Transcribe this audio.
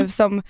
som